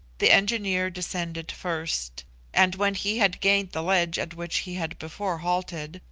the engineer descended first and when he had gained the ledge at which he had before halted,